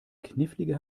knifflige